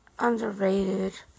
underrated